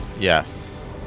Yes